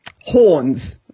Horns